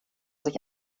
sich